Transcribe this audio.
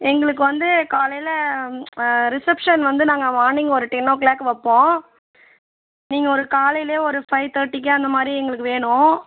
எங்களுக்கு வந்து காலையில் ரிசப்ஷன் வந்து நாங்கள் மார்னிங் ஒரு டென் ஓ கிளாக் வைப்போம் நீங்கள் ஒரு காலையிலையே ஒரு ஃபை தேட்டிக்கே அந்தமாதிரி எங்களுக்கு வேணும்